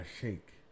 shake